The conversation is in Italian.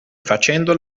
facendo